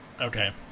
Okay